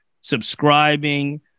subscribing